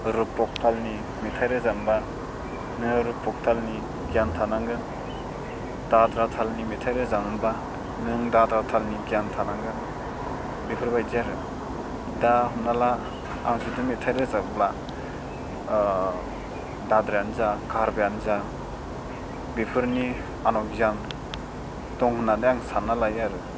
रुपक तालनि मेथाइ रोजाबनोब्ला नों रुपक तालनि गियान थानांगोन दाद्रा तालनि मेथाइ रोजाबनोब्ला नों दाद्रा तालनि गियान थानांगोन बेफोरबायदि आरो दा हमना ला आं जुदि मेथाइ रोजाबोब्ला दाद्रायानो जा काहारबायानो जा बेफोरनि आंनाव गियान दं होनानै आं सान्ना लायो आरो